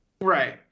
Right